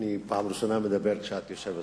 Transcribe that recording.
זו פעם ראשונה שאני מדבר כשאת יושבת-ראש,